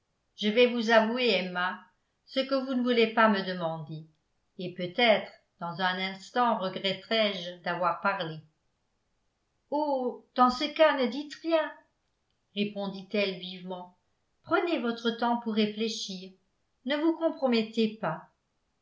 je vais vous avouer emma ce que vous ne voulez pas me demander et peut-être dans un instant regretterai je d'avoir parlé oh dans ce cas ne dites rien répondit-elle vivement prenez votre temps pour réfléchir ne vous compromettez pas